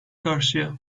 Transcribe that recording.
karşıya